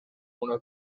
uno